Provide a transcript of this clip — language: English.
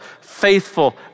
faithful